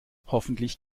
hoffentlich